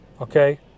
okay